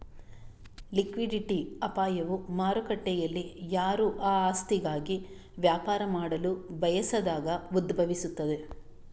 liquidity ಅಪಾಯವು ಮಾರುಕಟ್ಟೆಯಲ್ಲಿಯಾರೂ ಆ ಆಸ್ತಿಗಾಗಿ ವ್ಯಾಪಾರ ಮಾಡಲು ಬಯಸದಾಗ ಉದ್ಭವಿಸುತ್ತದೆ